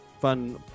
fun